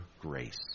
grace